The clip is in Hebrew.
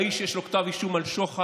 האיש שיש לו כתב אישום על שוחד,